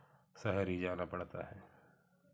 शहर ही जाना पड़ता है